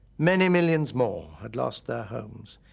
many millions more had lost their homes,